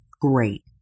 Great